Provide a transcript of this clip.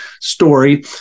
story